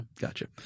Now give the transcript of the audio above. Gotcha